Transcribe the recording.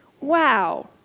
wow